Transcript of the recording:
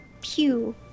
pew